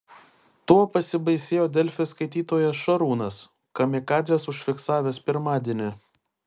tuo pasibaisėjo delfi skaitytojas šarūnas kamikadzes užfiksavęs pirmadienį